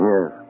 Yes